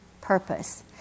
purpose